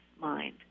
mind